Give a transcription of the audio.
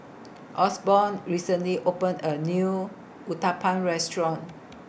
Osborn recently opened A New Uthapam Restaurant